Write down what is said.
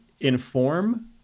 inform